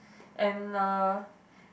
and a